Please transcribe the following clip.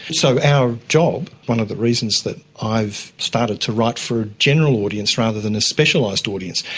so our job, one of the reasons that i've started to write for a general audience rather than a specialised audience,